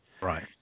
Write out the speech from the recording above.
Right